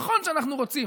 נכון שאנחנו רוצים,